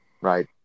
Right